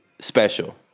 special